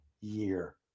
Year